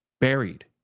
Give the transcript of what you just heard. buried